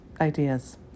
ideas